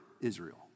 Israel